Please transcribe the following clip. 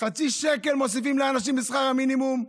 חצי שקל מוסיפים לאנשים בשכר המינימום.